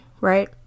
right